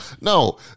no